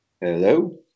hello